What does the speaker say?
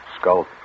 skull